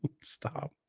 stop